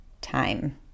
time